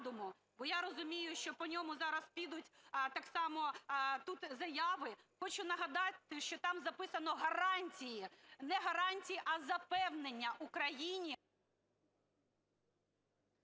бо я розумію, що по ньому зараз підуть так само тут заяви, хочу нагадати, що там записано гарантії, не гарантії, а запевнення Україні…